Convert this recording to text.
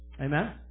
Amen